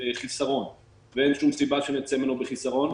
בחיסרון ואין שום סיבה שנצא ממנו בחיסרון.